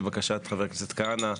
לבקשת חבר הכנסת כהנא,